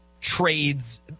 trades